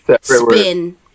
Spin